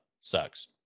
sucks